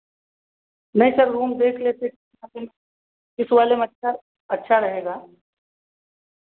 नहीं sir room देख लेते उस वाले में अच्छा अच्छा रहेगा